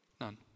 none